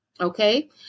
Okay